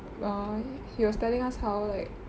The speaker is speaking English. err he was telling us how like